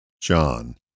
John